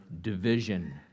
division